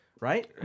right